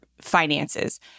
finances